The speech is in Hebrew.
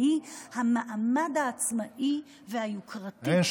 והיא המעמד העצמאי והיוקרתי שיש לבית המשפט העליון שלנו.